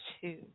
two